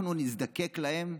אנחנו נזדקק להם?